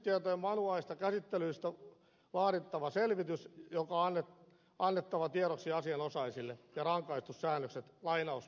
tunnistetietojen manuaalisesta käsittelystä on laadittava selvitys joka annettava tiedoksi asianosaisille ja rangaistussäännökset